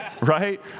right